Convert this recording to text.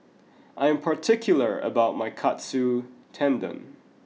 I am particular about my Katsu Tendon